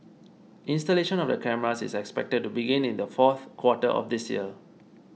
installation of the cameras is expected to begin in the fourth quarter of this year